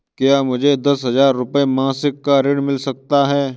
क्या मुझे दस हजार रुपये मासिक का ऋण मिल सकता है?